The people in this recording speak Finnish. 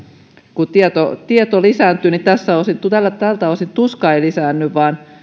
kun tieto lisääntyy niin tältä osin tuska ei lisäänny vaan